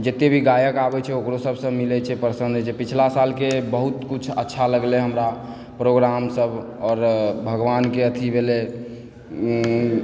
जतेक भी गायक आबै छै ओकरो सबसँ मिलै छै प्रसन्न होइ छै पछिले सालके बहुत किछु अच्छा लगलै हमरा प्रोग्राम सब आओर भगवानके अथी भेलै ई